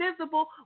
visible